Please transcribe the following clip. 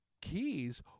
keys